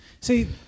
see